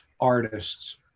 artists